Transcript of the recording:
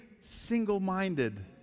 single-minded